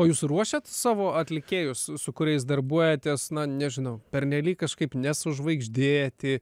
o jūs ruošiat savo atlikėjus su kuriais darbuojatės na nežinau pernelyg kažkaip nesužvaigždėti